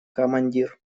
командир